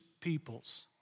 peoples